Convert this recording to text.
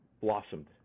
blossomed